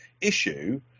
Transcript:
issue